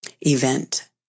event